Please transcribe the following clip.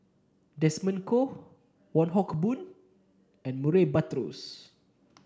Desmond Kon Wong Hock Boon and Murray Buttrose